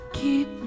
keep